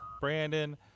Brandon